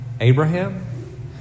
Abraham